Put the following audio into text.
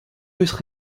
russes